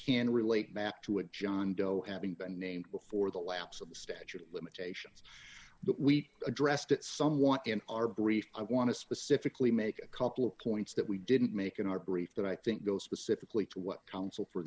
can relate back to a john doe having been named before the lapse of the statute of limitations but we addressed it somewhat in our brief i want to specifically make a couple of points that we didn't make in our brief that i think go specifically to what counsel for